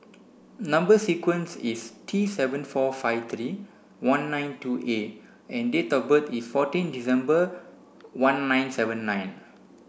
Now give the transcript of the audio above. number sequence is T seven four five three one nine two A and date of birth is fourteen December one nine seven nine